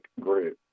group